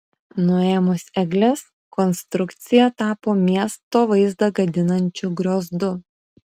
nuėmus egles konstrukcija tapo miesto vaizdą gadinančiu griozdu